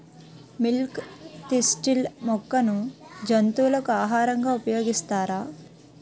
Milk thistle మొక్కను జంతువులకు ఆహారంగా ఉపయోగిస్తారా?